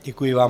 Děkuji vám.